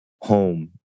home